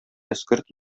эскерт